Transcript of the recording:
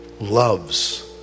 loves